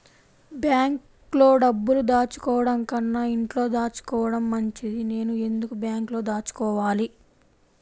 బ్యాంక్లో డబ్బులు దాచుకోవటంకన్నా ఇంట్లో దాచుకోవటం మంచిది నేను ఎందుకు బ్యాంక్లో దాచుకోవాలి?